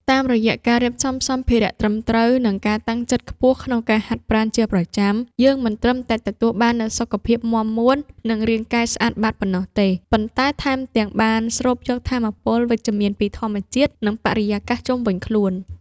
តាមរយៈការរៀបចំសម្ភារៈត្រឹមត្រូវ និងការតាំងចិត្តខ្ពស់ក្នុងការហាត់ប្រាណជាប្រចាំ យើងមិនត្រឹមតែទទួលបាននូវសុខភាពមាំមួន និងរាងកាយស្អាតបាតប៉ុណ្ណោះទេ ប៉ុន្តែថែមទាំងបានស្រូបយកថាមពលវិជ្ជមានពីធម្មជាតិ និងបរិយាកាសជុំវិញខ្លួន។។